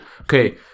Okay